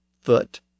foot